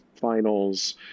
finals